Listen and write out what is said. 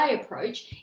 approach